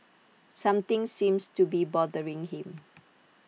something seems to be bothering him